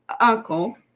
uncle